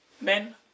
Men